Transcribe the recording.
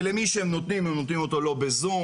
ולמי שהם נותנים הם נותנים את זה לא בזום,